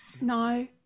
No